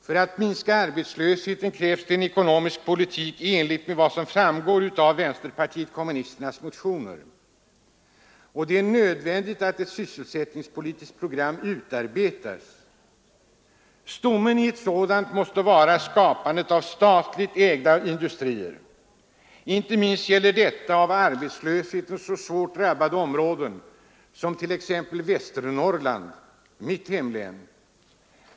För att minska arbetslösheten krävs det en ekonomisk politik i enlighet med vad som föreslagits i vänsterpartiet kommunisternas motioner. Det är nödvändigt att ett sysselsättningspolitiskt program utarbetas. Stommen i ett sådant måste vara skapande av statligt ägda industrier. Inte minst gäller detta av arbetslösheten så svårt drabbade områden som t.ex. Västernorrland — mitt hemlän.